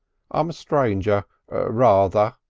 i'm a stranger rather.